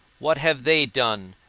what have they done?